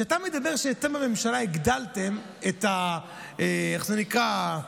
כשאתה מדבר שאתם בממשלה הגדלתם את, איך זה נקרא?